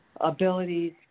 abilities